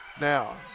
Now